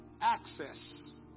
access